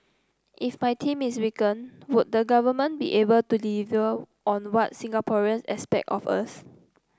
if my team is weakened would the government be able to deliver on what Singaporean expect of us